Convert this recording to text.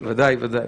ודאי, ודאי.